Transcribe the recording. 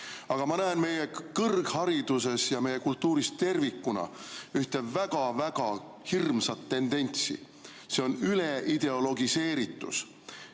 Aga ma näen meie kõrghariduses ja meie kultuuris tervikuna ühte väga-väga hirmsat tendentsi. See on üleideologiseeritus